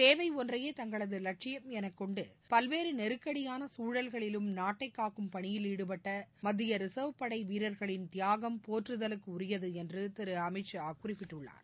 சேவை ஒன்றையே தங்களது இலட்சியம் என கொண்டு பல்வேறு நெருக்கடியான குழல்களிலும் நாட்டை காக்கும் பணியில் ஈடுபட்ட மத்திய ரிச்வ் படை வீரர்களின் தியாகம் போற்றுதலுக்குரியது என்று திரு அமித்ஷா குறிப்பிட்டுள்ளார்